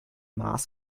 maß